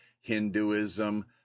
Hinduism